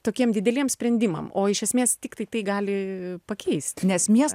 tokiem dideliem sprendimams o iš esmės tiktai tai gali pakeist nes